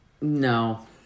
No